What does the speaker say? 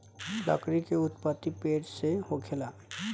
लकड़ी के उत्पति पेड़ से होखेला